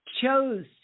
chose